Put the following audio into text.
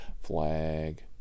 flag